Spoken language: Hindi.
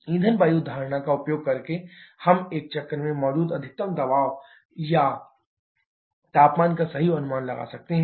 ईंधन वायु धारणा का उपयोग करके हम एक चक्र में मौजूद अधिकतम दबाव और तापमान का सही अनुमान लगा सकते हैं